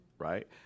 Right